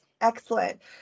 Excellent